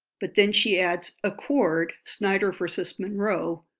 but then she adds accord, snyder versus monroe,